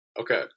Okay